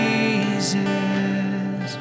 Jesus